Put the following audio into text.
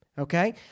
Okay